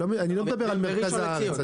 אני לא מדבר על מרכז הארץ,